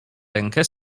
rękę